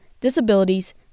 disabilities